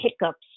hiccups